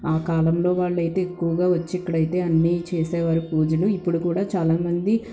ఆ కాలంలో వాళ్ళైతే ఎక్కువగా వచ్చి ఇక్కడైతే అన్నీ చేసేవాళ్ళు పూజలు ఇప్పుడు కూడా చాలా మంది